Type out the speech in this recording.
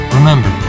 Remember